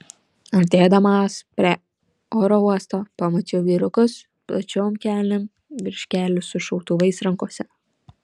artėdamas prie oro uosto pamačiau vyrukus plačiom kelnėm virš kelių su šautuvais rankose